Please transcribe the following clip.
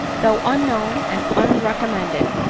though unknown and unrecom mended,